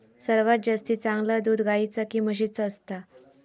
सर्वात जास्ती चांगला दूध गाईचा की म्हशीचा असता?